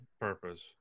purpose